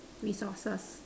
resources